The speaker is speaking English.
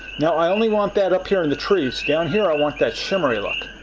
now, i only want that up here in the trees down here i want that shimmery look.